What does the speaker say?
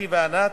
אתי וענת,